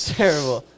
terrible